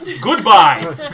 Goodbye